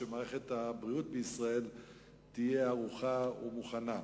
ומערכת הבריאות בישראל תהיה ערוכה ומוכנה,